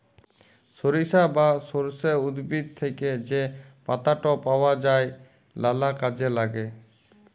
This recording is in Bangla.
সরিষা বা সর্ষে উদ্ভিদ থ্যাকে যা পাতাট পাওয়া যায় লালা কাজে ল্যাগে